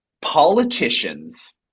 Politicians